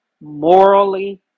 morally